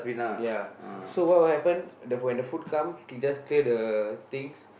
ya so what will happen when the food come we just clear the things